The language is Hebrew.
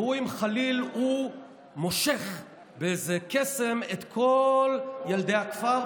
והוא עם חליל מושך באיזה קסם את כל ילדי הכפר,